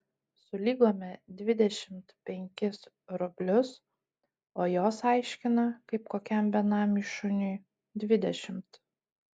sulygome dvidešimt penkis rublius o jos aiškina kaip kokiam benamiui šuniui dvidešimt